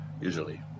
usually